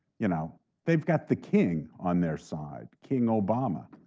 you know they've got the king on their side, king obama.